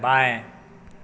बाएं